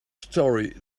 story